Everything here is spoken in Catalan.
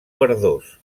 verdós